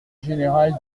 général